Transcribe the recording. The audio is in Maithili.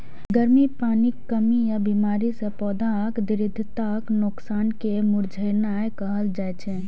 गर्मी, पानिक कमी या बीमारी सं पौधाक दृढ़ताक नोकसान कें मुरझेनाय कहल जाइ छै